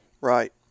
Right